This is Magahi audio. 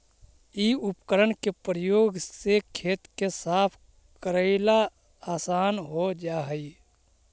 इ उपकरण के प्रयोग से खेत के साफ कऽरेला असान हो जा हई